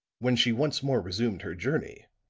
when she once more resumed her journey,